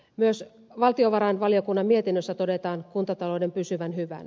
myös valtiovarainvaliokunnan mietinnössä todetaan kuntatalouden pysyvän hyvänä